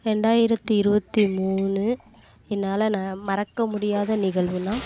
ரெண்டாயிரத்து இருபத்தி மூணு என்னால் நான் மறக்க முடியாத நிகழ்வுன்னா